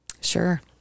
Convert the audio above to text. Sure